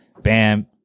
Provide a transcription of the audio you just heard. bam